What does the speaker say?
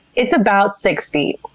it's about six feet,